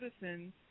citizens